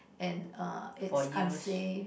and uh it's unsafe